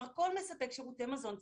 מרכול מספק שירותי מזון בסיסיים,